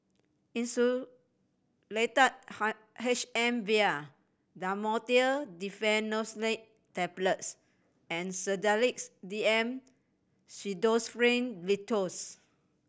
Insulatard H M vial Dhamotil Diphenoxylate Tablets and Sedilix D M Pseudoephrine Linctus